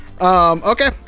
Okay